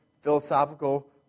philosophical